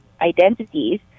identities